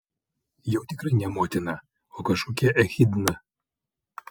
jau tikrai ne motina o kažkokia echidna